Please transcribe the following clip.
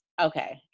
Okay